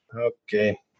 okay